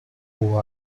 who